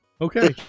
Okay